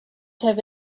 have